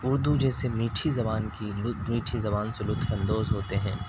اردو جیسی میٹھی زبان کی میٹھی زبان سے لطف اندوز ہوتے ہیں